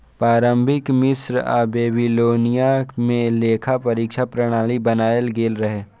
प्रारंभिक मिस्र आ बेबीलोनिया मे लेखा परीक्षा प्रणाली बनाएल गेल रहै